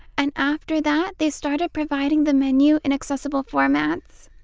and after that, they started providing the menu in accessible formats.